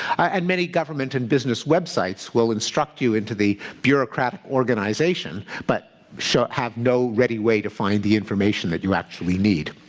and many government and business websites will instruct you into the bureaucratic organisation but have no ready way to find the information that you actually need.